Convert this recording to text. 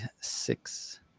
six